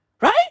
right